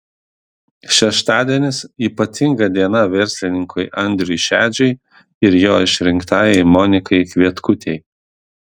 šeštadienis ypatinga diena verslininkui andriui šedžiui ir jo išrinktajai monikai kvietkutei